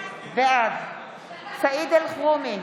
בעד סעיד אלחרומי,